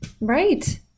right